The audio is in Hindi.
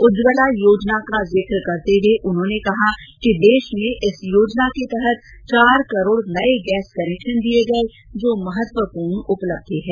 उज्ज्वला योजना का जिक करते हुए उन्होंने कहा कि देष में इस योजना के तहत चार करोड नए गैस कनेक्षन दिए गए जो महत्वपूर्ण उपलब्धि है